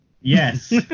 Yes